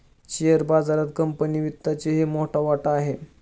share बाजारात company वित्तचाही मोठा वाटा आहे